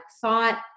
thought